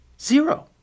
zero